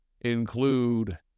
include